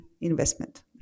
investment